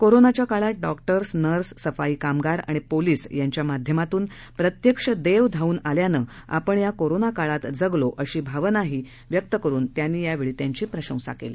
कोरोनाच्याकाळातडॉक्टर्स nurse सफाईकामगारआणिपोलीसयांच्यामाध्यमातूनप्रत्यक्षदेवधावूनआल्यानंआपणयाकोरोनाकाळातजगलो अशा भावना व्यक्त करुन त्यांनी यावेळी त्यांचीप्रशंसा केली